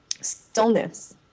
stillness